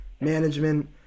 management